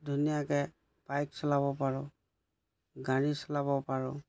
ধুনীয়াকৈ বাইক চলাব পাৰোঁ গাড়ী চলাব পাৰোঁ